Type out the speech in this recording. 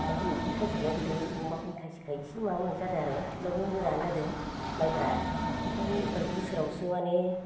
अमाफोरनि बिदि खायसो गैया खिन्थु अमाफोरनि खायसिखाय एसे माबा जादों आरो थेवब्लाबो मोजांआनो जादों माइफोरा ओमफ्राय एबार बोसोरावसो माने